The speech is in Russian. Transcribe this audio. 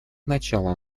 начало